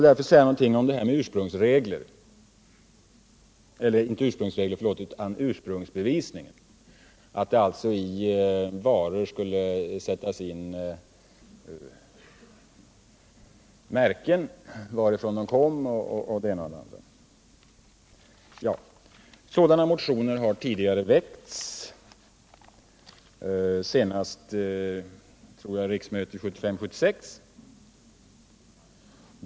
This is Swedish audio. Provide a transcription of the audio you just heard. Låt mig således också säga något om ursprungsbevisning, alltså att det på varor skulle sättas märken som visar varifrån produkten kommer osv. Motioner om det har tidigare väckts, jag tror senast vid riksmötet 1975/76.